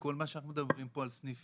כל מה שאנחנו מדברים כאן על סניפים